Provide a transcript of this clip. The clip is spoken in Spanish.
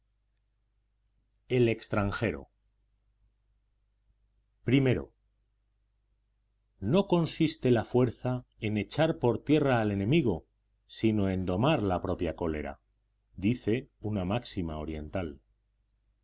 desgracia guadix i no consiste la fuerza en echar por tierra al enemigo sino en domar la propia cólera dice una máxima oriental